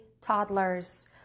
toddlers